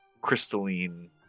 crystalline